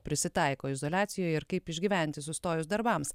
prisitaiko izoliacijoje ir kaip išgyventi sustojus darbams